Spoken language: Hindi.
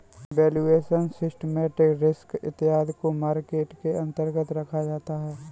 वैल्यूएशन, सिस्टमैटिक रिस्क इत्यादि को मार्केट के अंतर्गत रखा जाता है